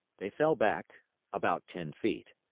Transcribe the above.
they fell back about ten feet.